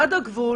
דיונים.